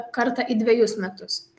kartą į dvejus metus